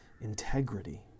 integrity